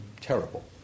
terrible